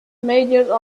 mayor